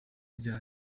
ryari